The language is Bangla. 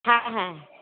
হ্যাঁ হ্যাঁ